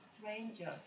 strangers